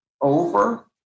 over